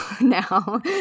now